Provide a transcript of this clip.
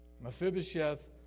Mephibosheth